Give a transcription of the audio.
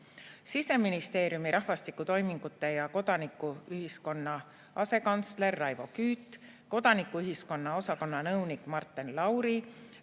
Siseministeeriumi rahvastiku toimingute ja kodanikuühiskonna asekantsler Raivo Küüt, kodanikuühiskonna osakonna nõunik Marten Lauri,